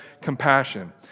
compassion